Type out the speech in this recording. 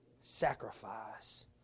sacrifice